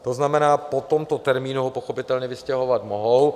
To znamená, že po tomto termínu ho pochopitelně vystěhovat mohou.